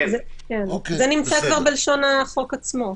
זה כבר נמצא בלשון החוק עצמו.